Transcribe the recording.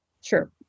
Sure